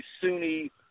Sunni –